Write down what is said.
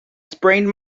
sprained